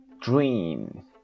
Dream